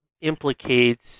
implicates